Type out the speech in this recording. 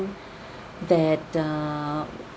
that err